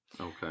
Okay